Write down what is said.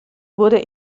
wurde